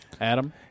Adam